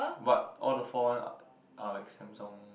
but all the four one are are like Samsung